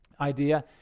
idea